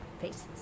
faces